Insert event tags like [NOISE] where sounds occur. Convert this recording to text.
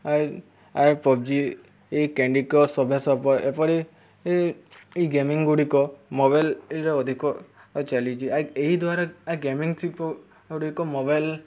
ଆର୍ ଆର୍ ପବ୍ଜି ଏଇ candy cross [UNINTELLIGIBLE] ଏପରି ଏଇ ଗେମିଂ ଗୁଡ଼ିକ ମୋବାଇଲ୍ରେ ଅଧିକ ଚାଲିଛି ଏହି ଦ୍ୱାରା ଗେମିଂ ଶିଳ୍ପ ଗୁଡ଼ିକ ମୋବାଇଲ୍